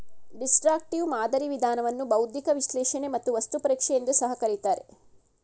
destructive ಮಾದರಿ ವಿಧಾನವನ್ನು ಬೌದ್ಧಿಕ ವಿಶ್ಲೇಷಣೆ ಮತ್ತು ವಸ್ತು ಪರೀಕ್ಷೆ ಎಂದು ಸಹ ಕರಿತಾರೆ